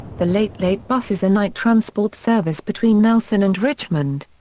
the late late bus is a night transport service between nelson and richmond.